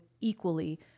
equally